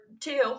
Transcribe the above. two